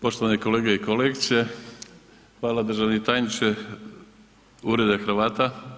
Poštovane kolege i kolegice, hvala državni tajniče ureda Hrvata.